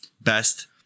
best